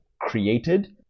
created